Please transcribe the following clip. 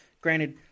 granted